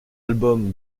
album